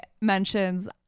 mentions